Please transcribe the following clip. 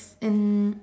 and